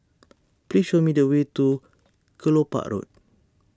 please show me the way to Kelopak Road